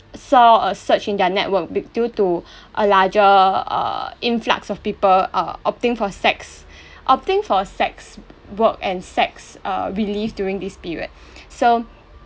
saw a surge in their network be~ due to a larger err influx of people err opting for sex opting for sex work and sex err relief during this period so